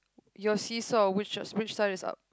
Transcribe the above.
your seesaw which side which side is up